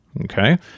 okay